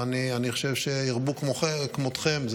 ואני חושב שירבו כמוכם,